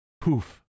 Poof